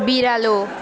बिरालो